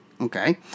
Okay